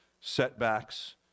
setbacks